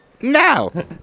Now